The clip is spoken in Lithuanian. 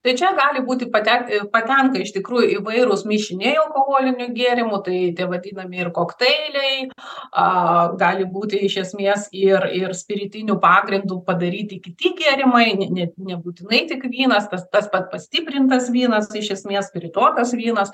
tai čia gali būti paten į patenka iš tikrųjų įvairūs mišiniai alkoholinių gėrimų tai vadinami ir kokteiliai a gali būti iš esmės ir ir spiritiniu pagrindu padaryti kiti gėrimai ne ne net nebūtinai tik vynas tas tas pats pastiprintas vynas tai iš esmės spirituotas vynas